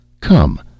Come